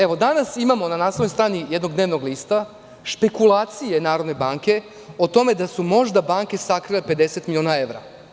Evo, danas imamo na naslovnoj strani jednog dnevnog lista špekulacije Narodne banke o tome da su možda banke sakrile 50 miliona evra.